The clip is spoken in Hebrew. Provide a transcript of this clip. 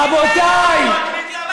רבותיי,